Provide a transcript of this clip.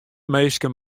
minsken